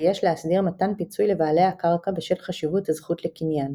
כי יש להסדיר מתן פיצוי לבעלי הקרקע בשל חשיבות הזכות לקניין